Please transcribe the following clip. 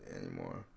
anymore